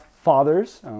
fathers